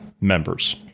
members